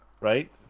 right